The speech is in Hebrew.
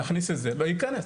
נכניס את זה ויכנס,